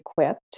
equipped